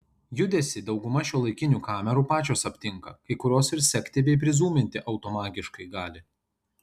judesį dauguma šiuolaikinių kamerų pačios aptinka kai kurios ir sekti bei prizūminti automagiškai gali